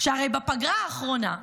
שהרי בפגרה האחרונה,